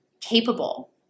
capable